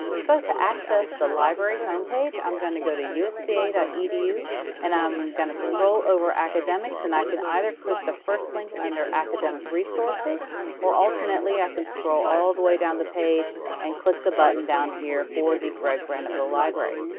so to access the library homepage i'm gonna go to usca dot edu and i'm gonna scroll over academics and i can either click the first link under academic resources or alternately i can scroll all the way down the page and click the button down here for the gregg graniteville library.